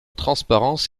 transparence